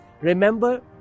Remember